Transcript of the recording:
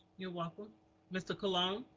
you're welcome mr. colon.